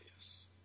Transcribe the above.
Yes